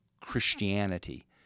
Christianity